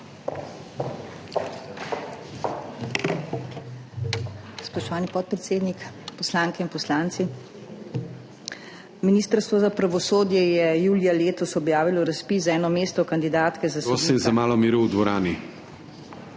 Spoštovani podpredsednik, poslanke in poslanci! Ministrstvo za pravosodje je julija letos objavilo razpis za eno mesto kandidatke za